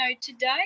today